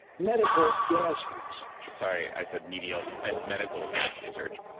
medical gas research sorry, i said medial, and medical gas research.